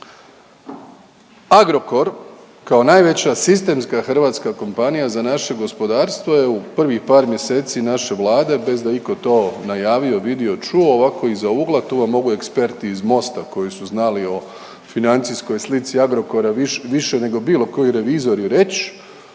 Agrokor kao najveća sistemska hrvatska kompanija za naše gospodarstvo je u prvih par mjeseci naše Vlade bez da je itko to najavio, vidio, čuo, ovako iza ugla, tu vam mogu eksperti iz MOST-a koji su znali o financijskoj slici Agrokora više nego bilo koji revizori reć